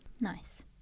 nice